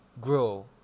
grow